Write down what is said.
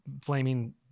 flaming